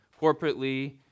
corporately